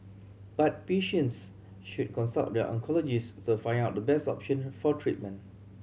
but patients should consult their oncologist to find out the best option for treatment